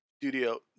studio